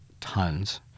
tons